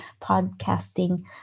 podcasting